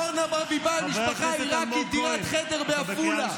אורנה ברביבאי, משפחה עירקית, דירת חדר בעפולה.